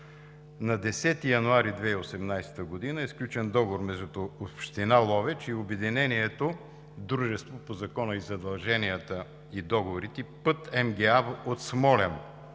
На 10 януари 2018 г. е сключен договор между община Ловеч и обединението Дружество по Закона и задълженията и договорите „Път МГА“ от Смолян